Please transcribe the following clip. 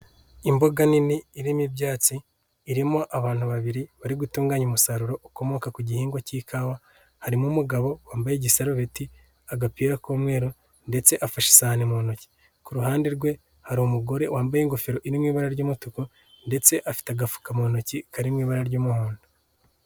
Imbuga nini irimo ibyatsi, irimo abantu babiri bari gutunganya umusaruro ukomoka ku gihingwa cy'ikawa, harimo umugabo wambaye igisarubeti, agapira k'umweru ndetse afashe cyane mu ntoki, ku ruhande rwe hari umugore wambaye ingofero iri mu ibara ry'umutuku ndetse afite agafuka mu ntoki kari mu ibara ry'umuhondo.